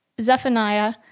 Zephaniah